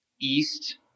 east